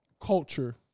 culture